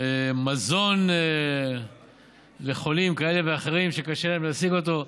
פעם זה מזון לחולים כאלה ואחרים שקשה להם להשיג אותו.